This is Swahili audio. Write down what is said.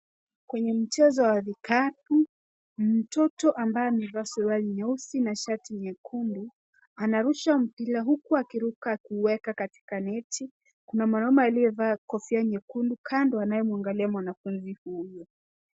Kwenye mchezo wa vikapu, mtoto ambaye amevaa suruali nyeusi na shati nyekundu anarusha mpira huku akiruka kuweka katika neti. Kuna mwanaume aliyevaa kofia nyekundu kando anayemwangalia mwanafunzi huyo.